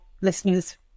listeners